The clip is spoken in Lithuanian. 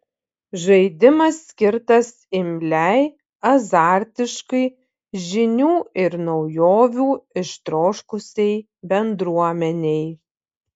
žaidimas skirtas imliai azartiškai žinių ir naujovių ištroškusiai bendruomenei